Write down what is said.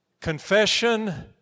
Confession